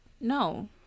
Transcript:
No